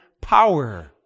power